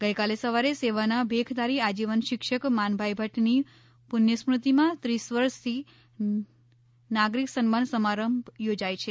ગઈકાલે રવિવારે સેવાના ભેખધારી આજીવન શિક્ષક માનભાઈ ભદની પુણ્ય સ્મૃતિમાં ત્રીસ વરસથી નાગરિક સન્માન સમારંભ યોજાય છે